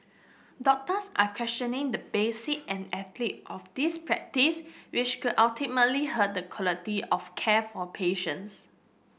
doctors are questioning the basis and ethic of this practice which could ultimately hurt the quality of care for patients